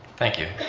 thank you.